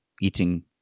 eating